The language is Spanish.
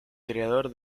creador